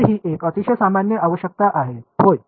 तर ही एक अतिशय सामान्य आवश्यकता आहे होय